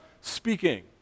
speaking